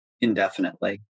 indefinitely